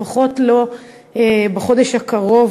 לפחות לא בחודש הקרוב,